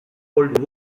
old